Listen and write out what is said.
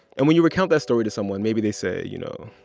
and when you recount that story to someone, maybe they say, you know,